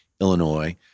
Illinois